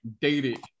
dated